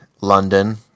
London